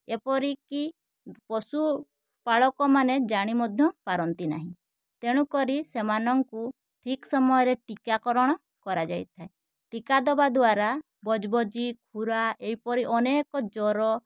ଏପରିକି ପଶୁପାଳକ ମାନେ ଜାଣି ମଧ୍ୟ ପାରନ୍ତି ନାହିଁ ତେଣୁ କରି ସେମାନଙ୍କୁ ଠିକ୍ ସମୟରେ ଟିକାକରଣ କରାଯାଇଥାଏ ଟିକା ଦେବା ଦ୍ଵାରା ବଜବଜି ଖୁରା ଏଇପରି ଅନେକ ଜର